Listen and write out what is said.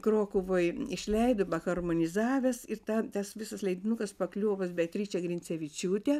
krokuvoj išleido harmonizavęs ir tą tas visas leidinukas pakliuvo pas beatričę grincevičiūtę